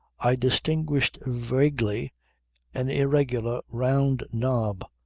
i distinguished vaguely an irregular round knob,